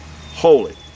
holy